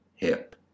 hip